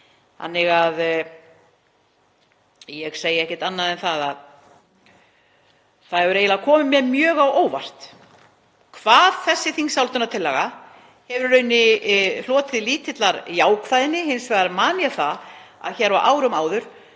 til þess. Ég segi ekkert annað en að það hefur eiginlega komið mér mjög á óvart hvað þessi þingsályktunartillaga hefur í rauninni notið lítillar jákvæðni. Hins vegar man ég það að hér á árum áður